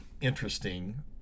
interesting